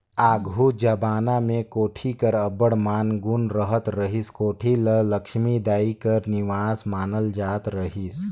आघु जबाना मे कोठी कर अब्बड़ मान गुन रहत रहिस, कोठी ल लछमी दाई कर निबास मानल जात रहिस